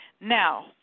Now